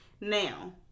Now